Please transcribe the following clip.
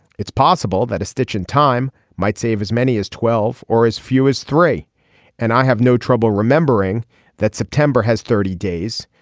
it's possible that a stitch in time might save as many as twelve or as few as three and i have no trouble remembering that september has thirty days.